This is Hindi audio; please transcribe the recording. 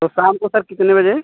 तो शाम को सर कितने बजे